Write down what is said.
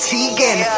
Teagan